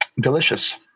delicious